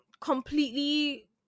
completely